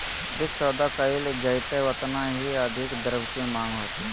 अधिक सौदा कइल जयतय ओतना ही अधिक द्रव्य के माँग होतय